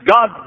God